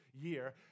year